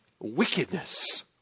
Wickedness